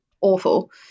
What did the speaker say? Awful